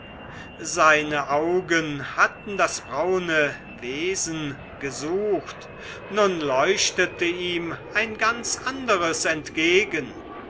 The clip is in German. seine augen hatten das braune mädchen gesucht nun leuchtete ihm ein ganz anderes entgegen